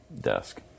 desk